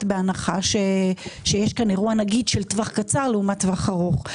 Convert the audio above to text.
בהנחה שיש כאן אירוע נגיד של טווח קצר לעומת טווח ארוך,